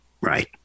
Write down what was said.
right